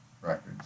records